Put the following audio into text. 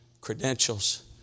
credentials